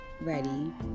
Ready